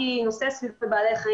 אני מנסר גולגולות של קופים,